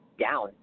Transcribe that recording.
down